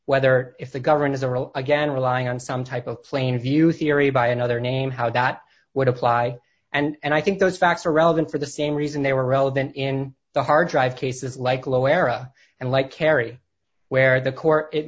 whether if the government is a real again relying on some type of plainview theory by another name how that would apply and i think those facts are relevant for the same reason they were relevant in the hard drive cases like low era and like kerry where the court it